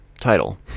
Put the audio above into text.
title